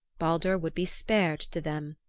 baldur would be spared to them.